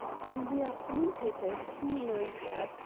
from the afternoon papers kinney learned that,